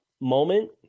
moment